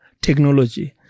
technology